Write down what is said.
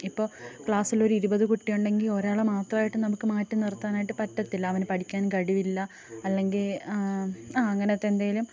ഇപ്പം ക്ലാസ്സിലൊരിരുപത് കുട്ടി ഉണ്ടെങ്കിൽ ഒരാളെ മാത്രമായിട്ട് നമുക്കു മാറ്റി നിർത്താനായിട്ട് പറ്റത്തില്ല അവൻ പഠിക്കാൻ കഴിവില്ല അല്ലെങ്കിൽ ആ അങ്ങനത്തെ എന്തെങ്കിലും